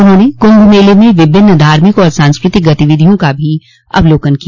उन्होंने कुंभ मेले में विभिन्न धार्मिक और सांस्कृतिक गतिविधियों का भी अवलोकन किया